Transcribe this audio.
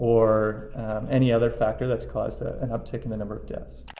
or any other factor that's caused ah an uptick in the number of deaths.